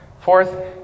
Fourth